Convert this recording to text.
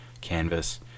canvas